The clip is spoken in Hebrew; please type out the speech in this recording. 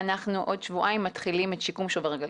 ואנחנו עוד שבועיים מתחילים את שיקום שובר הגלים.